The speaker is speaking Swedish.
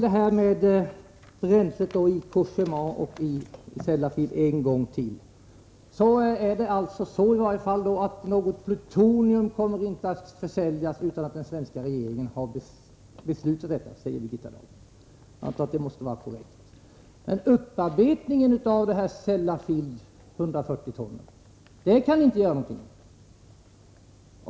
Låt mig sedan än en gång återkomma till bränslet i Cogéma och i Sellafield. Något plutonium kommer inte att försäljas utan att den svenska regeringen har beslutat detta, säger Birgitta Dahl. Jag antar att det måste vara korrekt. Men upparbetningen av 140 ton vid Sellafield kan vi inte göra någonting åt.